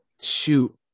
shoot